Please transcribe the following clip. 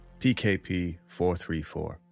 pkp434